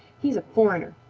he's a foreigner.